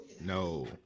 No